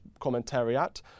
commentariat